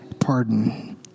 pardon